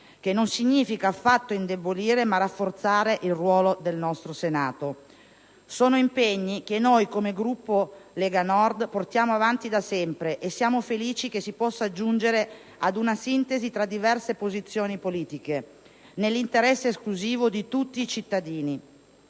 che non significa affatto indebolire, ma rafforzare il ruolo del nostro Senato. Sono impegni che noi, come Gruppo della Lega Nord, portiamo avanti da sempre e siamo felici che si possa giungere ad una sintesi tra diverse posizioni politiche, nell'interesse esclusivo di tutti i cittadini.